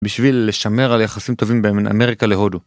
בשביל לשמר על יחסים טובים בין אמריקה להודו.